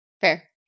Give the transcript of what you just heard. Fair